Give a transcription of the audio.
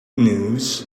news